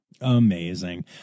amazing